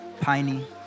piney